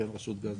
כן רשות גז,